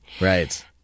Right